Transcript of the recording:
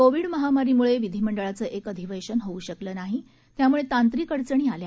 Covid महामारीमुळे विधिमंडळाचं एक अधिवेशन होऊ शकलं नाही त्यामुळे तांत्रिक अडचणी आल्या